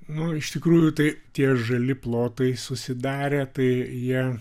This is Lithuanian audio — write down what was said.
nu iš tikrųjų tai tie žali plotai susidarę tai jie